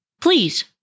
Please